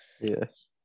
Yes